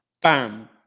bam